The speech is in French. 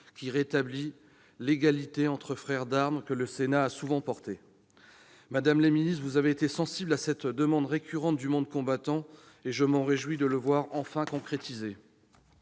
qui rétablit l'égalité entre frères d'armes et que le Sénat a souvent portée. Madame la secrétaire d'État, vous avez été sensible à cette demande récurrente du monde combattant et je me réjouis de la voir enfin concrétisée.